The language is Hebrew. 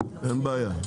אין בעיה.